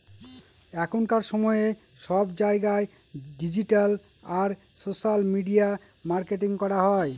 এখনকার সময়ে সব জায়গায় ডিজিটাল আর সোশ্যাল মিডিয়া মার্কেটিং করা হয়